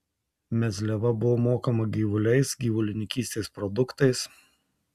mezliava buvo mokama gyvuliais gyvulininkystės produktais